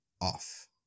off